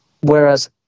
Whereas